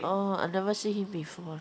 oh I never see him before